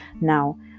now